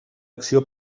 acció